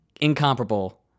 incomparable